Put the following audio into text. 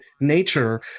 nature